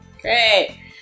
Great